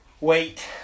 Wait